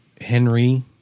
Henry